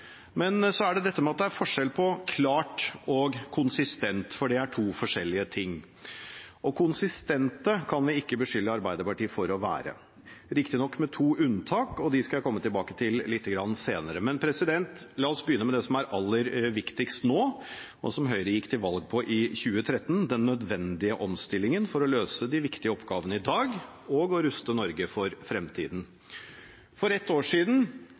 Men «klart» og «konsistent» er to forskjellige ting. Og konsistente kan vi ikke beskylde Arbeiderpartiet for å være, riktignok med to unntak som jeg skal komme tilbake til litt senere. La oss begynne med det som er aller viktigst nå, og som Høyre gikk til valg på i 2013, den nødvendige omstillingen for å løse de viktige oppgavene i dag og ruste Norge for fremtiden: For ett år siden